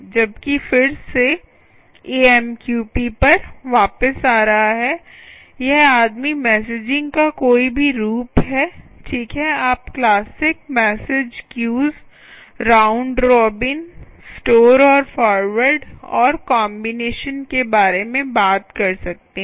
जबकि फिर से AMQP पर वापस आ रहा है यह आदमी मैसेजिंग का कोई भी रूप है ठीक है आप classic message queues round robin store और फॉरवर्ड और कॉम्बिनेशंस के बारे में बात कर सकते हैं